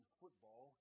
football